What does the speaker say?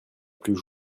plus